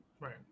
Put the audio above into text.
Right